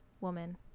woman